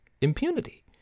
impunity